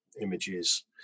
images